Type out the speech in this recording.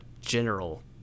General